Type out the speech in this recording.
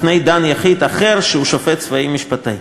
בפני דן יחיד אחר שהוא שופט צבאי משפטאי.